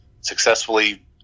successfully